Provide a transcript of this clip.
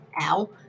ow